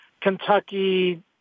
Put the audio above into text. Kentucky